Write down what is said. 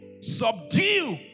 subdue